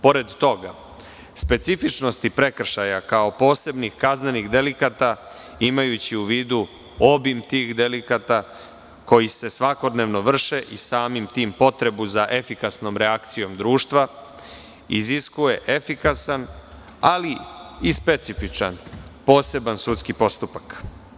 Pored toga, specifičnosti prekršaja, kao posebnih kaznenih delikata, imajući u vidu obim tih delikata koji se svakodnevno vrše i samim tim potrebu za efikasnom reakcijom društva, iziskuje efikasan, ali i specifičan poseban sudski postupak.